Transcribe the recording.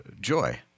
joy